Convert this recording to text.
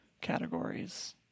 categories